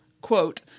quote